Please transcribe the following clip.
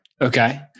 Okay